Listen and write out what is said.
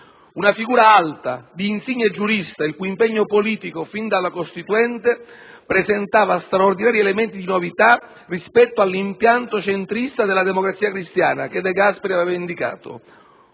una figura alta, di insigne giurista, il cui impegno politico fin dalla Costituente presentava straordinari elementi di novità rispetto all'impianto centrista della Democrazia cristiana che De Gasperi aveva indicato.